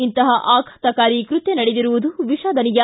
ಇಂತಹ ಆಘಾತಕಾರಿ ಕೃತ್ಯ ನಡೆದಿರುವುದು ವಿಷಾದನೀಯ